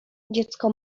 dziecko